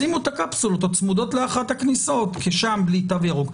שימו את הקפסולות הצמודות לאחת הכניסות בלי תו ירוק,